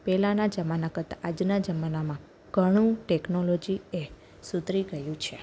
પહેલાંના જમાના કરતાં આજના જમાનામાં ઘણું ટેકનોલોજી એ સુધરી ગયું છે